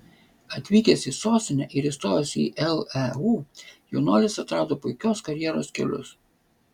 atvykęs į sostinę ir įstojęs į leu jaunuolis atrado puikios karjeros kelius